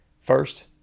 First